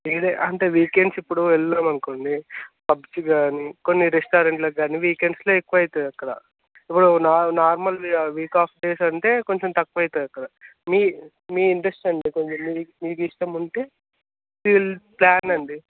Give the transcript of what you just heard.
ఇదే అంటే వీకెండ్స్ ఇప్పుడు వెళ్ళాం అనుకోండి పబ్కి కానీ కొన్ని రెస్టారెంట్లకు కానీ వీకెండ్స్లో ఎక్కువ అవుతుంది అక్కడ ఇప్పుడు నా నార్మల్గా వీక్ ఆఫ్ డేస్ అంటే కొంచెం తక్కువ అవుతుంది అక్కడ మీ మీ ఇంట్రెస్ట్ ఏంది అండి మీకు ఇష్టం ఉంటే వి విల్ ప్లాన్ అండి